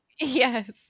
Yes